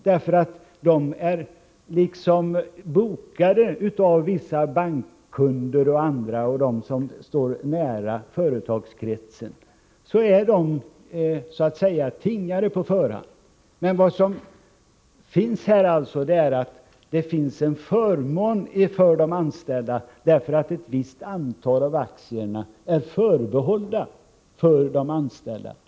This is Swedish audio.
De är liksom bokade av vissa bankkunder och andra som står nära företagskretsen — de är så att säga tingade på förhand. Det som finns är en förmån för de anställda, därför att ett visst antal av aktierna är förbehållna de anställda.